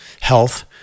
health